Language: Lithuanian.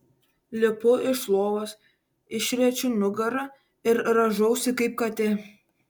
lipu iš lovos išriečiu nugarą ir rąžausi kaip katė